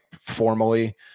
formally